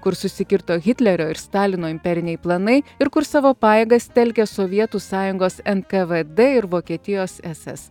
kur susikirto hitlerio ir stalino imperiniai planai ir kur savo pajėgas telkė sovietų sąjungos nkvd ir vokietijos ss